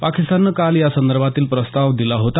पाकिस्ताननं काल या संदर्भातील प्रस्ताव दिला होता